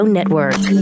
Network